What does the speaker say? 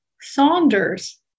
Saunders